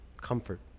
comfort